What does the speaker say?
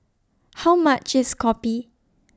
How much IS Kopi